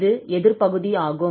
இது எதிர் பகுதி ஆகும்